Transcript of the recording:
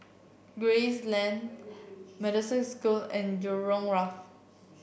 Gray Lane School and Jurong Wharf